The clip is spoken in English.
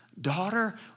daughter